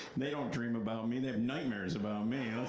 they don't dream about me, they have nightmares about me. ah,